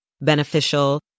beneficial